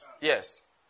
Yes